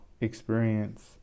experience